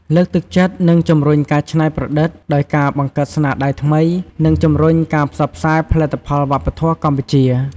លើកទឹកចិត្ត និងជំរុញការច្នៃប្រឌិត ដោយការបង្កើតស្នាដៃថ្មី និងជំរុញការផ្សព្វផ្សាយផលិតផលវប្បធម៌កម្ពុជា។